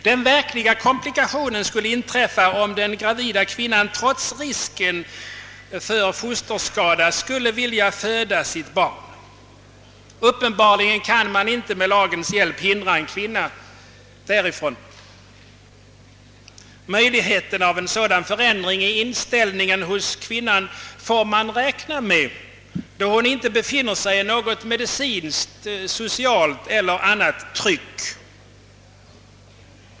Den verkliga komplikationen skulle inträffa om den gravida kvinnan trots risken för fosterskada skulle vilja föda sitt barn. Uppenbarligen kan man inte med lagens hjälp hindra en kvinna därifrån. Möjligheten av en sådan förändring i kvinnans inställning får man räkna med, då hon inte befinner sig i något medicinskt, socialt eller anmat tryck.